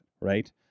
Right